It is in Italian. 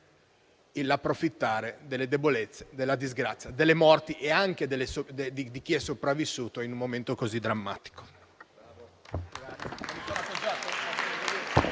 l'approfittare delle debolezze, della disgrazia, della morte e anche di chi è sopravvissuto in un momento così drammatico.